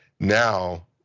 now